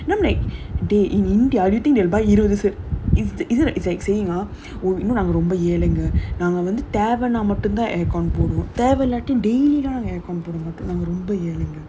you know like they in india I don't think they'll buy i~ is it the like saying ah you know நாங்க ரொம்ப ஏழைங்க:naanga romba yaezhainga air con தேவனா மட்டும்தான் போடுவோம்:thevanaa mattumthaan poduvom air con நாங்க ரொம்ப ஏழைங்க:naanga romba yaezhainga